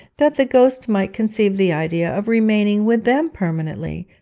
that the ghost might conceive the idea of remaining with them permanently,